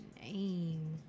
name